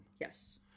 Yes